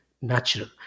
natural